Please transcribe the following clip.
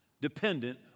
dependent